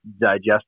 digest